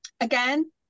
again